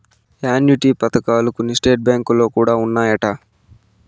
annuity పథకాలు కొన్ని state బ్యాంకులో కూడా ఉన్నాయంట